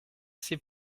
ces